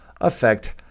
affect